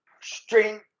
string